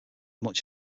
much